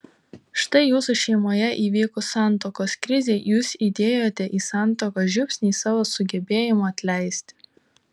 štai jūsų šeimoje įvykus santuokos krizei jūs įdėjote į santuoką žiupsnį savo sugebėjimo atleisti